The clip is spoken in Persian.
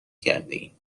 کردهایم